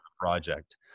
project